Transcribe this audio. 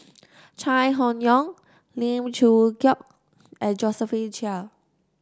Chai Hon Yoong Lim Chong Keat and Josephine Chia